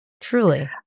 truly